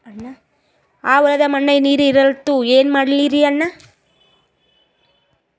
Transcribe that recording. ಆ ಹೊಲದ ಮಣ್ಣ ನೀರ್ ಹೀರಲ್ತು, ಏನ ಮಾಡಲಿರಿ ಅಣ್ಣಾ?